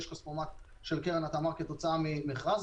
יש כספומט של קרן התמר כתוצאה ממכרז.